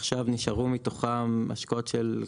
עכשיו נשארו מתוכם השקעות של,